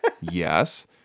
Yes